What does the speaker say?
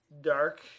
dark